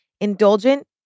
Indulgent